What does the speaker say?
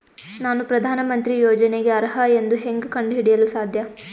ನಾನು ಪ್ರಧಾನ ಮಂತ್ರಿ ಯೋಜನೆಗೆ ಅರ್ಹ ಎಂದು ಹೆಂಗ್ ಕಂಡ ಹಿಡಿಯಲು ಸಾಧ್ಯ?